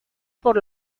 por